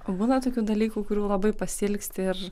o būna tokių dalykų kurių labai pasiilgsti ir